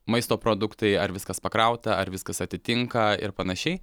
maisto produktai ar viskas pakrauta ar viskas atitinka ir panašiai